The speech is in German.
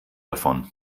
davon